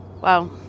Wow